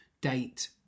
date